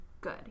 good